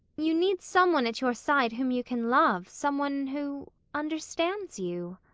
you need some one at your side whom you can love, someone who understands you.